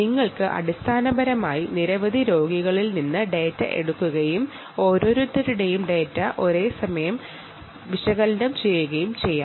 നിങ്ങൾക്ക് അടിസ്ഥാനപരമായി നിരവധി രോഗികളിൽ നിന്ന് ഡാറ്റ എടുക്കുകയും ഓരോരുത്തരുടെയും ഡാറ്റ ഒരേസമയം വിശകലനം ചെയ്യാനും കഴിയും